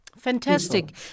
Fantastic